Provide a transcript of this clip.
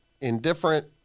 indifferent